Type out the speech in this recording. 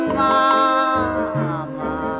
mama